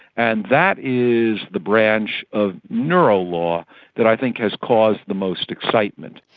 and that is the branch of neurolaw that i think has caused the most excitement.